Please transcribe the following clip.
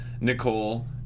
Nicole